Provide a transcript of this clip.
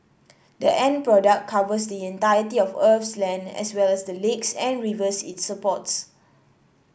the end product covers the entirety of Earth's land as well as the lakes and rivers it supports